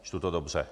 Čtu to dobře.